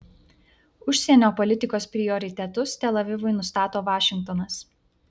užsienio politikos prioritetus tel avivui nustato vašingtonas